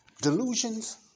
delusions